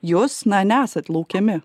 jus na nesat laukiami